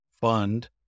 fund